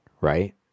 right